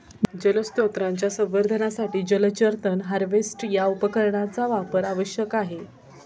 जलस्रोतांच्या संवर्धनासाठी जलचर तण हार्वेस्टर या उपकरणाचा वापर आवश्यक आहे